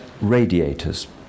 radiators